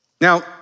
Now